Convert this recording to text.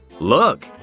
Look